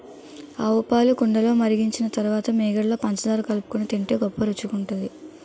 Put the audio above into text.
ఆవుపాలు కుండలో మరిగించిన తరువాత మీగడలో పంచదార కలుపుకొని తింటే గొప్ప రుచిగుంటది